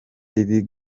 riri